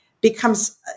becomes